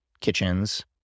kitchens